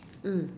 mm